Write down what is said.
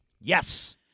Yes